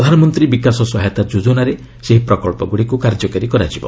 ପ୍ରଧାନମନ୍ତ୍ରୀ ବିକାଶ ସହାୟତା ଯୋଜନାରେ ଏହି ପ୍ରକଳ୍ପଗୁଡ଼ିକୁ କାର୍ଯ୍ୟକାରୀ କରାଯିବ